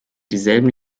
dieselben